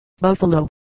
Buffalo